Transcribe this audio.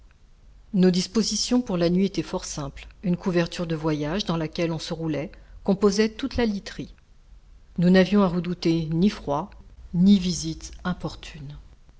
nos dispositions pour la nuit étaient fort simples une couverture de voyage dans laquelle on se roulait composait toute la literie nous n'avions à redouter ni froid ni visite importune